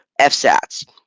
FSATs